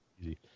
easy